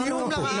כאילו אין דיון פה.